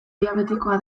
diabetikoa